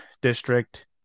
district